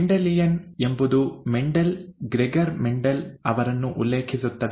Mendelian ಎಂಬುದು Mendel Gregor Mendel ಅವರನ್ನು ಉಲ್ಲೇಖಿಸುತ್ತದೆ